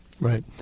Right